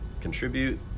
contribute